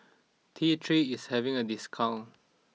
T three is having a discount